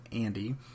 Andy